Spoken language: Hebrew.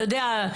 אתה יודע,